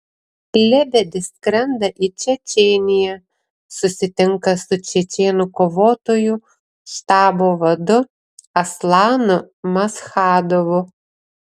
lebedis skrenda į čečėniją susitinka su čečėnų kovotojų štabo vadu aslanu maschadovu